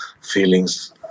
feelings